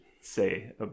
say